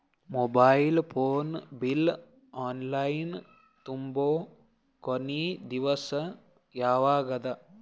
Mobile phone bill online ತುಂಬೊ ಕೊನಿ ದಿವಸ ಯಾವಗದ?